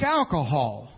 alcohol